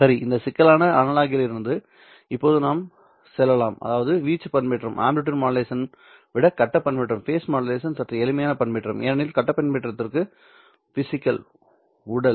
சரி இந்த சிக்கலான அனலாக்லிருந்து இப்போது நாம் செல்லலாம் அதாவது வீச்சு பண்பேற்றம் விட கட்ட பண்பேற்றம் சற்று எளிமையான பண்பேற்றம் ஏனெனில் கட்ட பண்பேற்றத்திற்கு உடல்